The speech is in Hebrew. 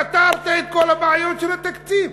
פתרת את כל הבעיות של התקציב.